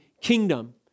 kingdom